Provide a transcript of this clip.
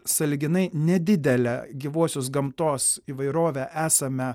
sąlyginai nedidelę gyvosios gamtos įvairovę esame